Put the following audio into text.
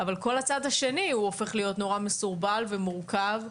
אבל כל הצד השני הופך להיות מסורבל ומורכב,